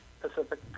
Pacific